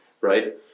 right